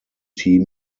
team